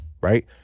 right